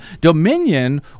Dominion